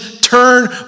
Turn